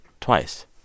twice